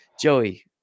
Joey